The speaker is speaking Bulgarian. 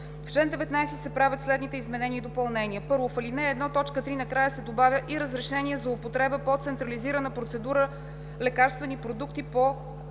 В чл. 19 се правят следните изменения и допълнения: 1. В ал. 1, т. 3 накрая се добавя „и разрешените за употреба по централизирана процедура лекарствени продукти по